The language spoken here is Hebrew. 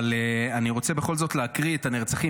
אבל אני רוצה בכל זאת להקריא את הנרצחים,